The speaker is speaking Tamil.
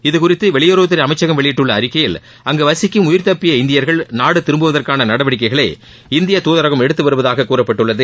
இதுகுறித்து வெளியுறவுத்துறை அமைச்சகம் வெளியிட்டுள்ள அறிக்கையில் அங்கு வசிக்கும் உயிர் தப்பிய இந்தியர்கள் நாடு திரும்புவதற்கான நடவடிக்கைகளை இந்திய தூஜகம் எடுத்து வருவதாக கூறப்பட்டுள்ளது